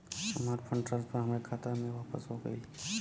हमार fund transfer हमरे खाता मे वापस हो गईल